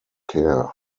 care